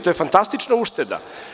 To je fantastična ušteda.